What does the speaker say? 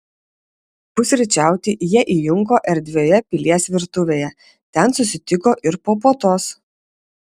pusryčiauti jie įjunko erdvioje pilies virtuvėje ten susitiko ir po puotos